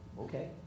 Okay